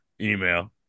email